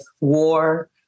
war